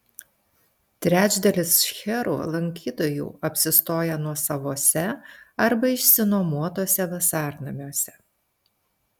trečdalis šcherų lankytojų apsistoja nuosavuose arba išsinuomotuose vasarnamiuose